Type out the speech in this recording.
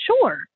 sure